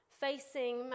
facing